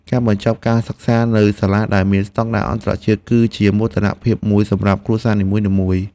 ការបញ្ចប់ការសិក្សានៅសាលាដែលមានស្តង់ដារអន្តរជាតិគឺជាមោទនភាពមួយសម្រាប់គ្រួសារនីមួយៗ។